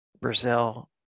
Brazil